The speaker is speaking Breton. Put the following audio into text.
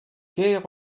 kêr